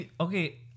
Okay